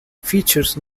features